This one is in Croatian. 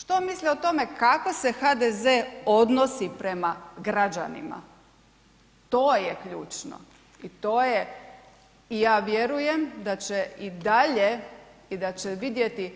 Što misle o tome kako se HDZ odnosi prema građanima, to je ključno i to je i ja vjerujem da će i dalje i da će vidjeti